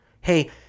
Hey